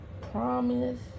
promise